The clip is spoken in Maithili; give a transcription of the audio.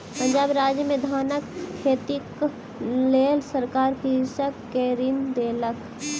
पंजाब राज्य में धानक खेतीक लेल सरकार कृषक के ऋण देलक